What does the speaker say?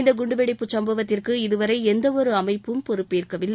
இந்த குண்டுவெடிப்புச் சம்பவத்திற்கு இதுவரை எந்தவொரு அமைப்பும் பொறுப்பேற்கவில்லை